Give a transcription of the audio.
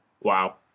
Wow